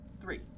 three